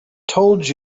told